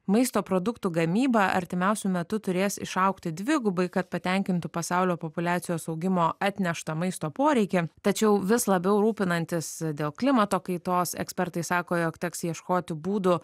maisto produktų gamyba artimiausiu metu turės išaugti dvigubai kad patenkintų pasaulio populiacijos augimo atneštą maisto poreikį tačiau vis labiau rūpinantis dėl klimato kaitos ekspertai sako jog teks ieškoti būdų